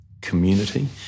community